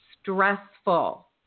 stressful